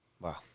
Wow